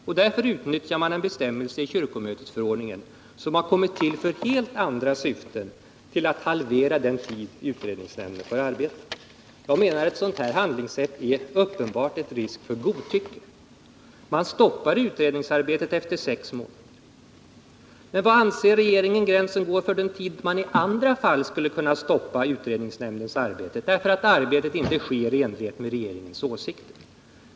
Och därför utnyttjar regeringen en bestämmelse i kyrkomötesförordningen, som har tillkommit för helt andra syften, för att halvera den tid som utredningsnämnden får arbeta. Jag menar att ett sådant handlingssätt medför en uppenbar risk för godtycke. Nu stoppas utredningsarbetet efter sex månader. Var anser regeringen att gränsen går för den tid efter vilken man i andra fall skulle kunna stoppa utredningsnämndens arbete, på grund av att arbetet inte sker i enlighet med regeringens åsikter?